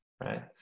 right